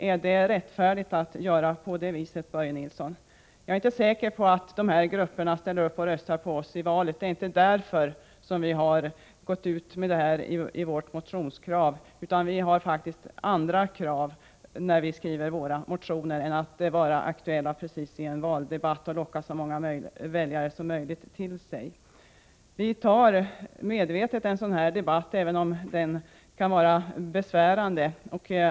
Är det rättfärdigt att göra på det viset, Börje Nilsson? Jag är inte säker på att de här nämnda grupperna kommer att rösta på oss i valet. Det är inte därför som vi har gått ut med våra motionskrav. Vi har faktiskt andra avsikter när vi skriver våra motioner än att kraven skall vara aktuella i en valdebatt och locka så många väljare som möjligt till oss. Vi tar en sådan här debatt, även om den kan vara besvärande.